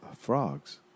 Frogs